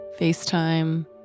FaceTime